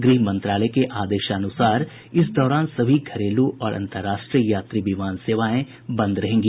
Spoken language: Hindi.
गृह मंत्रालय के आदेशानुसार इस दौरान सभी घरेलू और अंतर्राष्ट्रीय यात्री विमान सेवाएं बंद रहेंगी